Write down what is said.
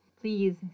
Please